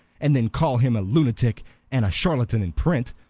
and then call him a lunatic and a charlatan in print,